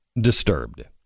disturbed